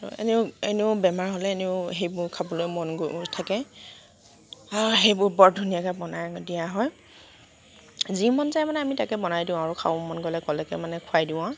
আৰু এনেও এনেও বেমাৰ হ'লে এনেও সেইবোৰ খাবলৈ মন গৈ থাকে আহ সেইবোৰ বৰ ধুনীয়াকৈ বনাই দিয়া হয় যি মন যায় মানে আমি তাকে বনাই দিওঁ আৰু খাব মন গ'লে ক'লেকে মানে খুৱাই দিওঁ আৰু